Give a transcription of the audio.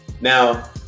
Now